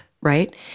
right